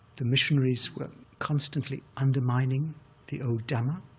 the missionaries were constantly undermining the old dhamma,